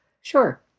sure